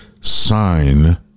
sign